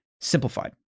simplified